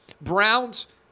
Browns